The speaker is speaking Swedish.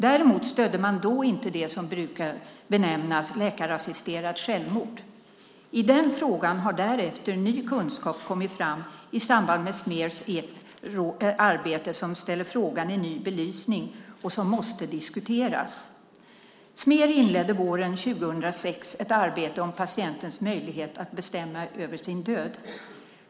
Däremot stödde man då inte det som brukar benämnas läkarassisterat självmord. I den frågan har därefter ny kunskap kommit fram i samband med Smers arbete som ställer frågan i ny belysning och som måste diskuteras. Smer inledde våren 2006 ett arbete om patientens möjlighet att bestämma över sin död.